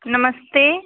नमस्ते